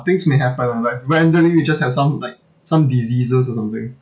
things may happen in life randomly you just have some like some diseases or something